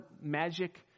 magic